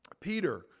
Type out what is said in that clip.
Peter